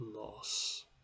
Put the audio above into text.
loss